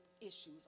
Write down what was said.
issues